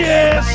Yes